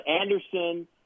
Anderson